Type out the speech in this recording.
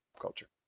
Culture